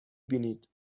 بینید